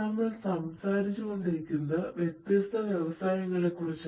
നമ്മൾ സംസാരിച്ചുകൊണ്ടിരിക്കുന്നത് വ്യത്യസ്ത വ്യവസായങ്ങളെക്കുറിച്ച് ആണ്